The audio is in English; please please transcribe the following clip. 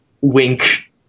Wink